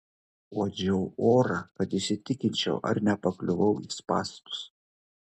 uodžiau orą kad įsitikinčiau ar nepakliuvau į spąstus